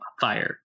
fire